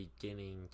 beginning